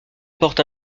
porte